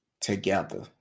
Together